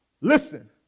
Listen